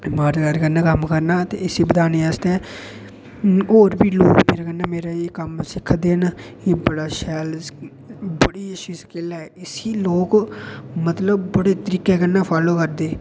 ईमानदारी कन्नै कम्म करना ते इसी करने बधानै आस्तै होर बी लोक मेरे कन्नै एह् कम्म सिक्खा दे न एह् बड़ा शैल बड़ी अच्छी स्किल ऐ इसी लोक मतलब बड़े तरीकै कन्नै फॉलो करदे